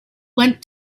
went